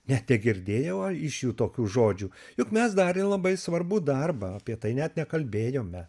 net negirdėjau iš jų tokių žodžių juk mes darėm labai svarbų darbą apie tai net nekalbėjome